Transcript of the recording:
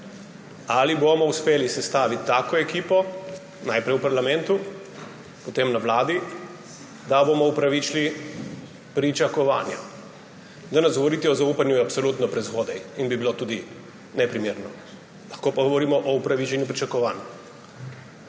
Ali bomo uspeli sestaviti tako ekipo, najprej v parlamentu, potem na Vladi, da bomo upravičili pričakovanja? Danes govoriti o zaupanju je absolutno prezgodaj in bi bilo tudi neprimerno. Lahko pa govorimo o upravičenju pričakovanj.